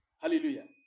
Hallelujah